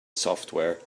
software